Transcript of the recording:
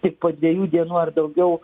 tik po dviejų dienų ar daugiau